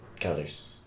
colors